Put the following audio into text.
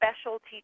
specialty